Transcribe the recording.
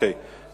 אם כך,